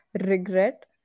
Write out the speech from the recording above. regret